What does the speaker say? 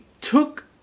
took